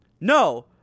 No